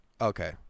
okay